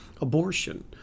abortion